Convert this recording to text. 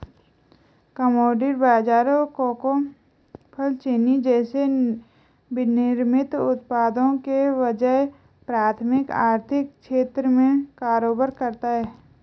commodity बाजार cocoa, फल, चीनी जैसे विनिर्मित उत्पादों के बजाय प्राथमिक आर्थिक क्षेत्र में कारोबार करता है